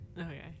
Okay